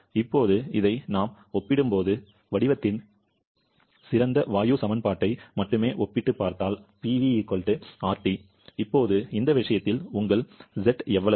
இப்போது இதை நாம் ஒப்பிடும்போது வடிவத்தின் சிறந்த வாயு சமன்பாட்டை மட்டுமே ஒப்பிட்டுப் பார்த்தால் இப்போது இந்த விஷயத்தில் உங்கள் Z எவ்வளவு